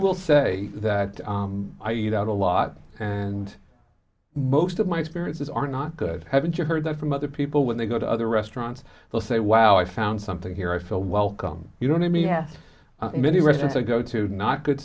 will say that i eat out a lot and most of my experiences are not good haven't you heard that from other people when they go to other restaurants they'll say wow i found something here i feel welcome you don't need me yeah many residents are go to not good